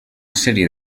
sèrie